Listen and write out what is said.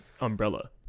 umbrella